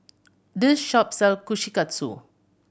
this shop sell Kushikatsu